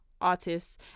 artists